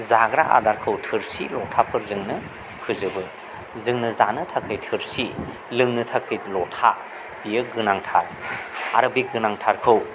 जाग्रा आदारखौ थोरसि लथाफोरजोंनो फोजोबो जोंनो जानो थाखै थोरसि लोंनो थाखै लथा बियो गोनांथार आरो बे गोनांथारखौ